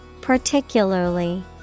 Particularly